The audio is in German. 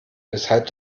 weshalb